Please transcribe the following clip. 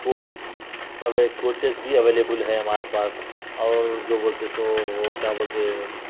coach اوے coaches بھی available ہیں ہمارے پاس اور جو بولتے سو وہ کیا بولتے